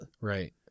Right